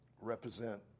represent